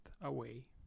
away